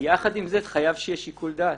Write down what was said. יחד עם זאת חייב שיהיה שיקול דעת.